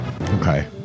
Okay